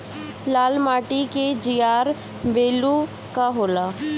लाल माटी के जीआर बैलू का होला?